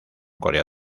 corea